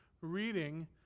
reading